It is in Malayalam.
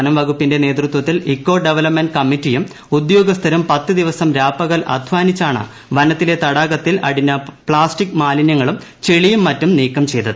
വനംവകുപ്പിന്റെ നേതൃത്വത്തിൽ ഇക്കോ ഡവലപ്പ്മെന്റ് കമ്മിറ്റിയും ഉദ്യോഗസ്ഥരും പത്തുദിവസം രാപകൽ അധ്വാനിച്ചാണ് വനത്തിലെ തടാകത്തിൽ അടിഞ്ഞ പ്ലാസ്റ്റിക് മാലിന്യങ്ങളും ചെളിയും മറ്റും നീക്കം ചെയ്തത്